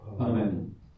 Amen